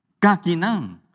Kakinang